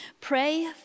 Pray